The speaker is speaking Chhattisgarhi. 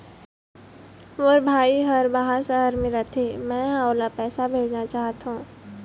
मोर भाई हर बाहर शहर में रथे, मै ह ओला पैसा भेजना चाहथों